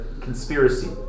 conspiracy